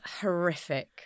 horrific